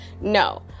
no